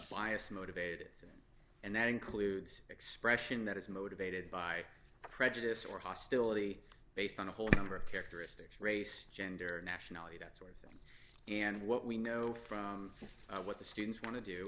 bias motivated and that includes expression that is motivated by prejudice or hostility based on a whole number of characteristics race gender nationality that sort and what we know from what the students want to do